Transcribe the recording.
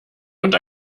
und